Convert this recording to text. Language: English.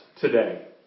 today